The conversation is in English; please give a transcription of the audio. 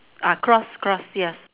ah cross cross yes